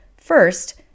First